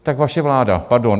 Tak vaše vláda, pardon.